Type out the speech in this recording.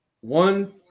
one